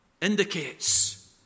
indicates